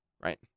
right